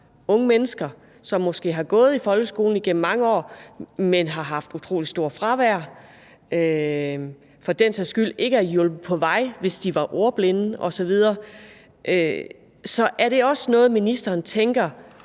unge mennesker, som måske har gået i folkeskolen igennem mange år, men som har haft et utrolig stort fravær, og som for den sags skyld ikke er blevet hjulpet på vej, hvis de var ordblinde osv. Så er det også noget, som ministeren tænker